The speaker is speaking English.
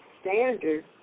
standard